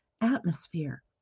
atmosphere